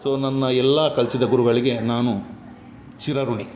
so ನನ್ನ ಎಲ್ಲ ಕಲಿಸಿದ ಗುರುಗಳಿಗೆ ನಾನು ಚಿರಋಣಿ